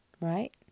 Right